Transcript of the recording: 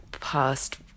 past